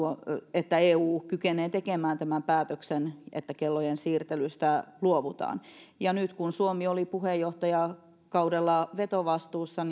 että eu kykenee tekemään tämän päätöksen että kellojen siirtelystä luovutaan ja nyt kun suomi oli puheenjohtajakaudella vetovastuussa